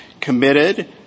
committed